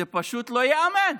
זה פשוט לא ייאמן.